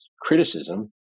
criticism